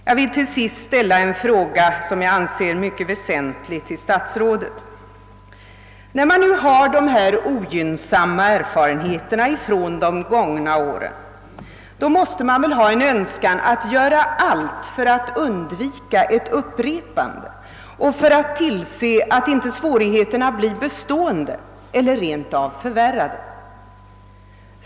Jag vill slutligen till statsrådet ställa en fråga som jag anser mycket väsentlig. När man nu har dessa ogynnsamma erfarenheter från de gångna åren, då måste man väl känna en önskan att göra allt för att undvika ett upprepande och tillse att svårigheterna inte blir bestående eller rent av förvärrade.